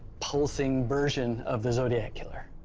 pulsing version of the zodiac killer,